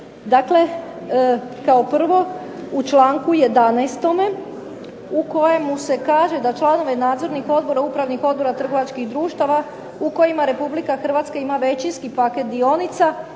Dakle, kao prvo u članku 11. u kojemu se kaže da članove nadzornih odbora, upravnih odbora trgovačkih društava u kojima Republika Hrvatska ima većinski paket dionica,